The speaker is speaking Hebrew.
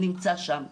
נמצא שם,